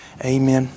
Amen